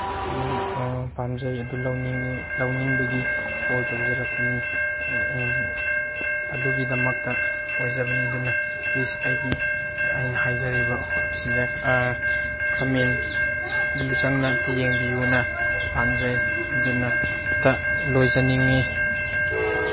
ꯄꯥꯝꯖꯩ ꯑꯗꯨ ꯂꯧꯅꯤꯡꯉꯤ ꯂꯧꯅꯤꯡꯕꯒꯤ ꯀꯣꯜ ꯇꯧꯖꯔꯛꯄꯅꯤ ꯑꯗꯨꯒꯤꯗꯃꯛꯇ ꯑꯣꯏꯖꯕꯅꯤ ꯑꯗꯨꯅ ꯄ꯭ꯂꯤꯁ ꯑꯩꯒꯤ ꯑꯩꯅ ꯍꯥꯏꯖꯔꯤꯕ ꯑꯁꯤꯗ ꯈꯃꯦꯟ ꯂꯨꯆꯪꯅ ꯑꯝꯇ ꯌꯦꯡꯕꯤꯌꯨꯅ ꯄꯥꯝꯖꯩ ꯑꯗꯨꯅ ꯑꯝꯇ ꯂꯣꯏꯖꯅꯤꯡꯉꯤ